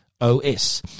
OS